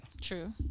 True